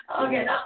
Okay